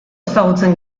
ezagutzen